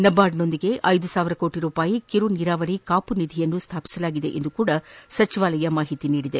ನಬಾರ್ಡ್ನೊಂದಿಗೆ ಐದು ಸಾವಿರಕೋಟ ರೂಪಾಯಿ ಕಿರು ನೀರಾವರಿ ಕಾಪು ನಿಧಿಯನ್ನು ಸ್ಥಾಪಿಸಲಾಗಿದೆ ಎಂದೂ ಸಹ ಸಚಿವಾಲಯ ತಿಳಿಸಿದೆ